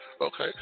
okay